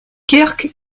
kirk